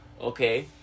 okay